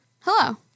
hello